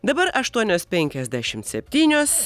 dabar aštuonios penkiasdešimt septynios